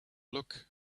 look